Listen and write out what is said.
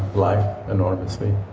life enormously.